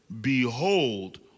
Behold